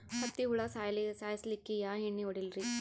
ಹತ್ತಿ ಹುಳ ಸಾಯ್ಸಲ್ಲಿಕ್ಕಿ ಯಾ ಎಣ್ಣಿ ಹೊಡಿಲಿರಿ?